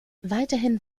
weiterhin